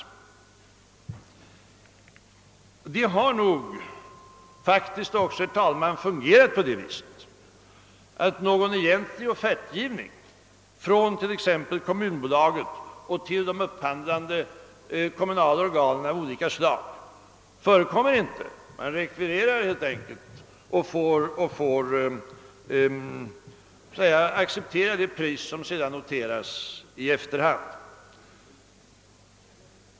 Systemet har också fungerat på det viset att någon egentlig offertgivning från exempelvis Kommunaktiebolaget till de upphandlande kommunala organen av olika slag ofta inte förekommer, utan kommunerna rekvirerar helt enkelt vad de behöver och får acceptera de priser som sedan noteras i efterhand.